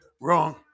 Wrong